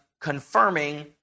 confirming